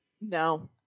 No